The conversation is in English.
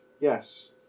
Yes